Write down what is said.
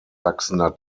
wachsender